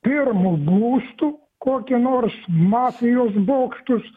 pirmu būstu kokį nors mafijos bokštus